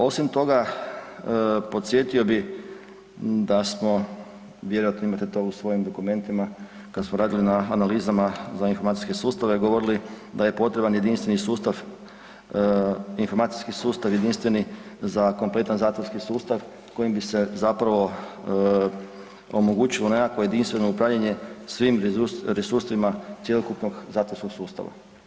Osim toga podsjetio bi da smo, vjerojatno imate to u svojim dokumentima kad smo radili na analizama za informacijske sustave govorili da je potreban jedinstveni sustav, informacijski sustav jedinstveni za kompletni zatvorski sustav kojim bi se zapravo omogućilo nekakvo jedinstveno upravljanje svim resursima cjelokupnog zatvorskog sustava.